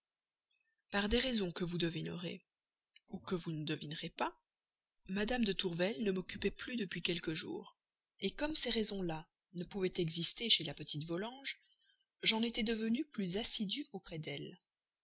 par des raisons que vous devinerez ou que vous ne devinerez pas depuis quelques jours mme de tourvel ne m'occupait plus comme ces raisons-là ne pouvaient pas exister chez la petite volanges j'en étais devenu plus assidu auprès d'elle